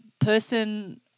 person